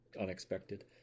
unexpected